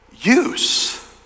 use